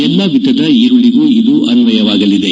ಎಲ್ಲಾ ವಿಧದ ಈರುಳ್ಳಗೂ ಇದು ಅನ್ವಯವಾಗಲಿದೆ